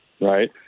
right